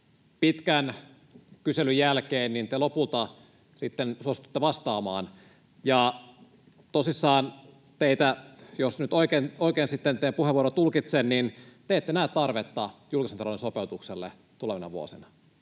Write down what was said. pitkän kyselyn jälkeen te lopulta sitten suostutte vastaamaan, ja tosissaan, jos nyt oikein teidän puheenvuoronne tulkitsen, te ette näe tarvetta julkisen talouden sopeutukselle tulevina vuosina.